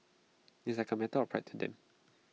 it's like A matter of pride to them